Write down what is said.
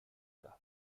haga